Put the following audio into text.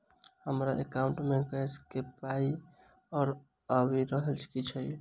हमरा एकाउंट मे गैस केँ पाई नै आबि रहल छी सँ लेल?